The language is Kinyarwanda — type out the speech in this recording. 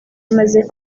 amaze